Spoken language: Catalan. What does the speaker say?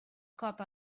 cop